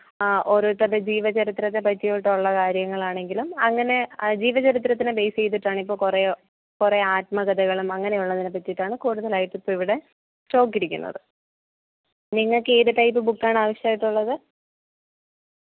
അ ഓരോരുത്തരുടെ ജീവചരിത്രത്തെ പറ്റിയിട്ടുള്ള കാര്യങ്ങളാണെങ്കിലും അങ്ങനെ ജീവചരിത്രത്തിനെ ബേയ്സ് ചെയ്തിട്ടാണിപ്പോൾ കുറേ കൂറേ ആത്മകഥകളും അങ്ങനെയുള്ളതിനേപ്പറ്റിയിട്ടാണ് കൂടുതലായിട്ടും ഇപ്പം ഇവിടെ സ്റ്റോക്കിരിക്കുന്നത് നിങ്ങൾക്കേത് ടൈപ്പ് ബുക്കാണാവശ്യമായിട്ടുള്ളത്